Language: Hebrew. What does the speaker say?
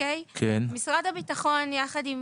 משרד הביטחון יחד עם